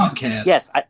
Yes